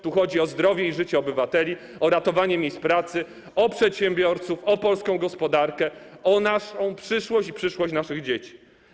Tu chodzi o zdrowie i życie obywateli, o ratowanie miejsc pracy, o przedsiębiorców, o polską gospodarkę, o naszą przyszłość i przyszłość naszych dzieci.